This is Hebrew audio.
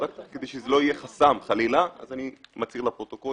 כדי שזה לא יהיה חסם חלילה אז אני מצהיר לפרוטוקול